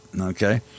okay